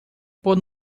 pode